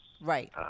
Right